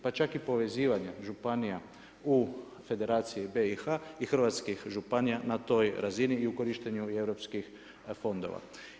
Pa čak povezivanja županije u Federaciji BIH i hrvatskih županija na toj razini i korištenje europskih fondova.